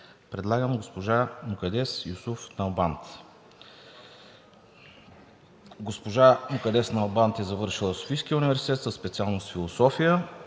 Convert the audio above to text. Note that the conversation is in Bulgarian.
предлагаме госпожа Мукаддес Юсуф Налбант. Госпожа Мукаддес Налбант е завършила Софийския университет със специалност „Философия“,